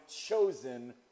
chosen